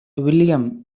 william